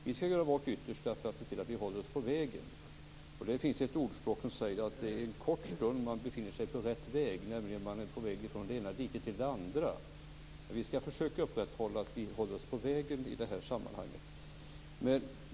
Vi skall göra vårt yttersta för att se till att vi håller oss på vägen. Det finns ett ordspråk som säger att det är en kort stund man befinner sig på rätt väg, nämligen när man är på väg från det ena diket till det andra. Vi skall försöka upprätthålla att vi håller oss på vägen i de här sammanhangen.